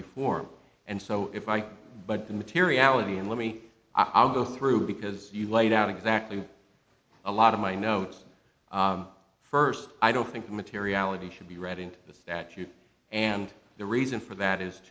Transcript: before and so if i can but the materiality and let me i'll go through because you laid out exactly a lot of my notes first i don't think materiality should be read into the statute and the reason for that is